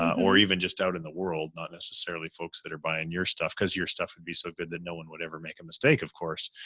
or even just out in the world, not necessarily folks that are buying your stuff, cause your stuff would be so good that no one would ever make a mistake, of course.